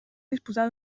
disposar